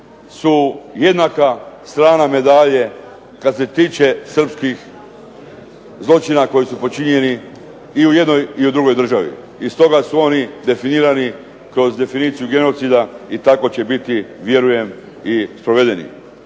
su jednaka strana medalje kada se tiče srpskih zločina koji su počinjeni i u jednoj i u drugoj državi. I stoga su oni definirani kroz definiciju genocida i tako će biti vjerujem sprovedeni.